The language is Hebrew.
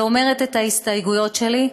ואומרת את ההסתייגויות שלי,